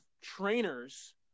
trainers